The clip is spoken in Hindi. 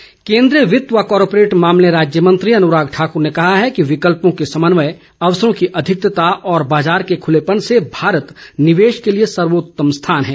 अनुराग केंद्रीय वित्त व कारपोरेट मामले राज्य मंत्री अनुराग ठाकुर ने कहा है कि विकल्पों के समन्वय अवसरों की अधिकतता और बाजार के खुलेपन से भारत निवेश के लिए सर्वोत्तम स्थान है